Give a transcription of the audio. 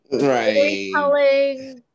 right